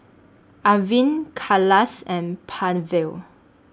Arvind Kailash and